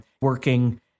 working